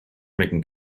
making